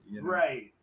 Right